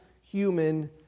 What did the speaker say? human